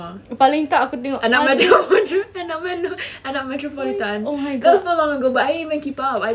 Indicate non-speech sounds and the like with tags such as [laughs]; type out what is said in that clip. paling tak aku tengok anak [laughs] anak metropolitan that was long ago but I never even keep up I just